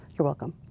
you are welcome.